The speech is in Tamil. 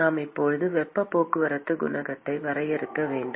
நாம் இப்போது வெப்பப் போக்குவரத்துக் குணகத்தை வரையறுக்க வேண்டும்